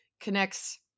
connects